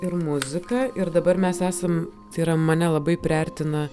ir muzika ir dabar mes esam tai yra mane labai priartina